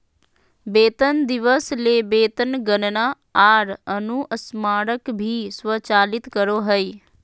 वेतन दिवस ले वेतन गणना आर अनुस्मारक भी स्वचालित करो हइ